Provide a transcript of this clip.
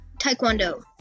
Taekwondo